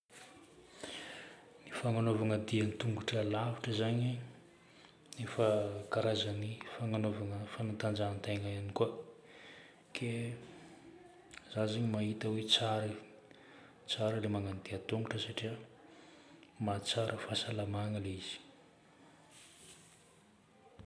Ny fagnanovana dia an-tongotra lavitra zagny efa karazagny fagnanovana fanatanjahan-tegna ihany koa. Ke za zagny mahita hoe tsara e, tsara ilay magnano dia an-tongotra satria mahatsara fahasalamagna ilay izy.